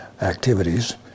activities